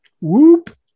Whoop